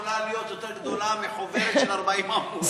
יכולה להיות יותר גדולה מחוברת של 40 עמודים.